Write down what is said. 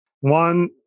One